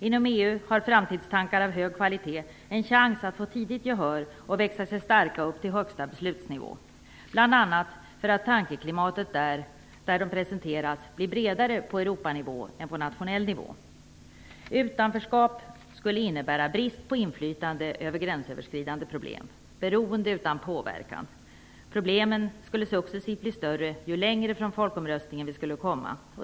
Inom EU har framtidstankar av hög kvalitet en chans att få tidigt gehör och växa sig starka upp till högsta beslutsnivån, bl.a. för att tankeklimatet där de presenteras blir bredare på Europanivå än på nationell nivå. Utanförskap skulle innebära brist på inflytande över gränsöverskridande problem, beroende utan påverkan. Problemen skulle successivt bli större, ju längre från folkomröstningen vi skulle komma.